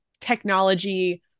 technology